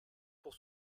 pour